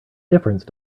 difference